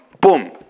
Boom